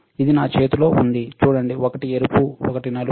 ఇది నా చేతిలో ఉంది చూడండి ఒకటి ఎరుపు ఒకటి నలుపు